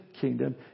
kingdom